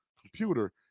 computer